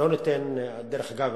דרך אגב,